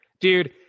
dude